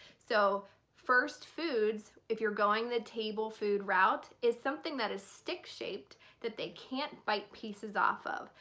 so first foods if you're going the table food route is something that is stick shaped that they can't bite pieces off of.